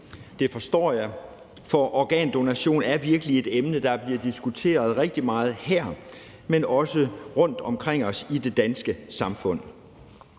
det forstår jeg, for organdonation er virkelig et emne, der bliver diskuteret rigtig meget her, men også rundtomkring os i det danske samfund.